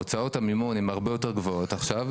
הוצאות המימון הן הרבה יותר גבוהות עכשיו,